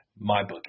MyBookie